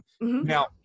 Now